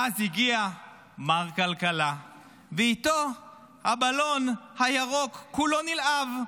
ואז הגיע מר כלכלה ואיתו הבלון הירוק, כולו נלהב,